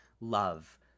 Love